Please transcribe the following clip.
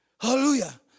Hallelujah